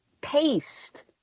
paste